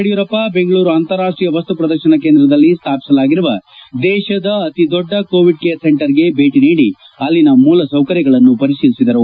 ಯಡಿಯೂರಪ್ಪ ಬೆಂಗಳೂರು ಅಂತಾರಾಷ್ನೀಯ ವಸ್ತು ಶ್ರದರ್ಶನ ಕೇಂದ್ರದಲ್ಲಿ ಬಳಿ ಸ್ಥಾಪಿಸಲಾಗಿರುವ ದೇಶದ ಅತಿದೊಡ್ಡ ಕೋವಿಡ್ ಕೇರ್ ಸೆಂಟರ್ಗೆ ಭೇಟಿ ನೀಡಿ ಅಲ್ಲಿನ ಮೂಲಸೌಕರ್ಯಗಳನ್ನು ಪರಿತೀಲಿಸಿದರು